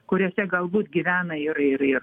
kuriuose galbūt gyvena ir ir ir